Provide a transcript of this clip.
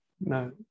No